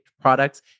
products